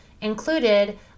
included